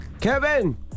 Kevin